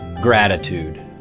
gratitude